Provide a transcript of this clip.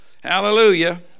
Hallelujah